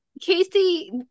Casey